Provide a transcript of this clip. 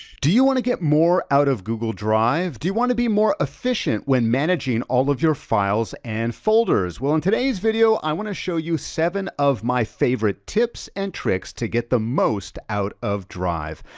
do you wanna get more out of google drive? do you wanna be more efficient when managing all of your files and folders? well in today's video, i wanna show you seven of my favorite tips and tricks to get the most out of drive.